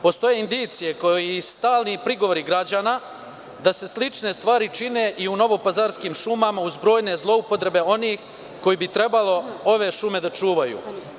Postoje indicije i stalni prigovori građana da se slične stvari čine i u novopazarskim šumama, uz brojne zloupotrebe onih koji bi trebalo ove šume da čuvaju.